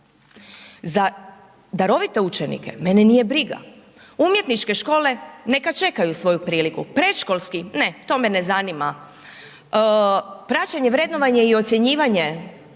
Za darovite učenike, mene nije briga, umjetničke škole neka čekaju svoju priliku. Predškolski, ne to me ne zanima. Praćenje vrednovanje i ocjenjivanje,